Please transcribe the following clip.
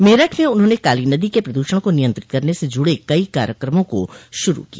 मेरठ में उन्होंने काली नदी के प्रदूषण को नियंत्रित करने स जुड़े कई कार्यक्रमों को शुरू किया